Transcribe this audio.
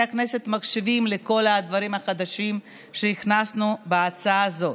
הכנסת מקשיבים לכל הדברים החדשים שהכנסנו בהצעה הזאת.